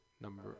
Number